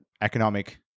economic